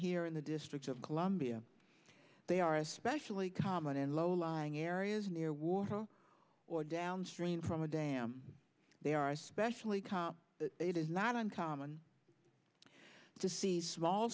here in the district of columbia they are especially common in low lying areas near water or downstream from a dam they are especially calm it is not uncommon to see small